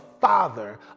father